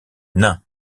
nains